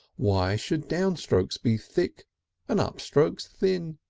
why should downstrokes be thick and upstrokes thin?